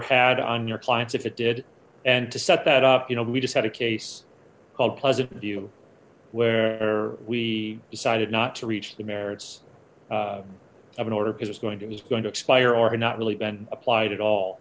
had on your clients if it did and to set that up you know we just had a case called pleasantview where we decided not to reach the merits of an order because it's going to it's going to expire or not really been applied at all